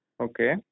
okay